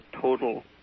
total